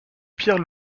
pierre